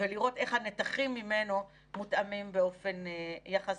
ולראות איך הנתחים ממנו מותאמים באופן יחסי.